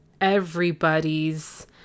everybody's